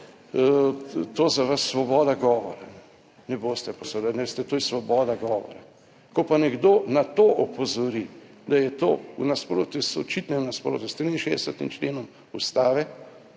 to za vas svoboda govora, ne, boste pa seveda ne veste, to je svoboda govora, ko pa nekdo na to opozori, da je to v nasprotju z, očitnem nasprotju s 63. členom Ustave,